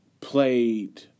played